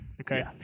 Okay